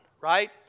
right